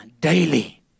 daily